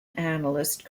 analyst